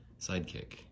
sidekick